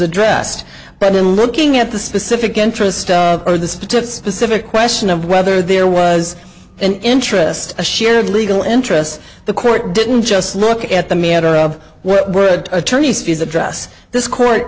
addressed but in looking at the specific interest or the specific question of whether there was an interest a shared legal interest the court didn't just look at the me out of what would attorney's fees address this court